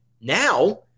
Now